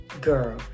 Girl